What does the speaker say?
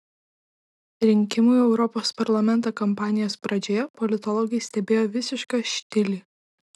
rinkimų į europos parlamentą kampanijos pradžioje politologai stebėjo visišką štilį